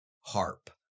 harp